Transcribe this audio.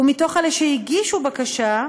ומתוך אלה שהגישו בקשה,